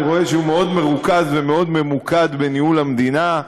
אני רואה שהוא מאוד מרוכז ומאוד ממוקד בניהול המדינה.